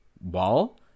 wall